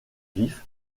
vif